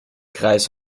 kreis